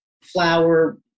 flower